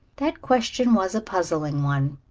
that question was a puzzling one.